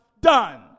done